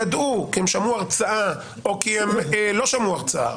ידעו כי הם שמעו הרצאה או כי הם לא שמעו הרצאה